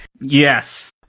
Yes